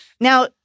Now